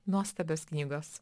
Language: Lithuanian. nuostabios knygos